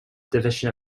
division